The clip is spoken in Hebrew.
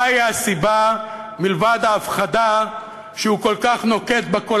מהי הסיבה, מלבד ההפחדה, שהוא כל כך נוקט כל הזמן,